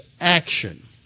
action